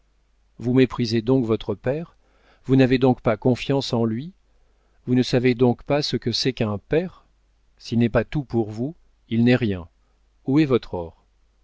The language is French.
vous méprisez donc votre père vous n'avez donc pas confiance en lui vous ne savez donc pas ce que c'est qu'un père s'il n'est pas tout pour vous il n'est rien où est votre